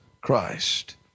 Christ